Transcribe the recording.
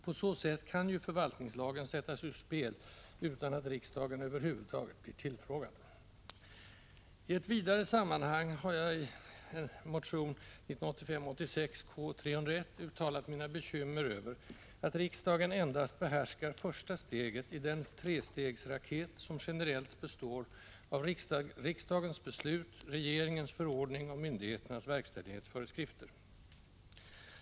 På så sätt kan ju förvaltningslagen sättas ur spel utan att riksdagen över huvud taget blir tillfrågad. I ett vidare sammanhang har jag i motionen 1985/86:K301 uttalat mina bekymmer över att riksdagen endast behärskar första steget i den trestegsraket som generellt består av riksdagens beslut, regeringens förordning och myndigheternas verkställighetsföreskrifter.